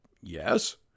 yes